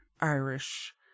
Irish